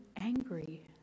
angry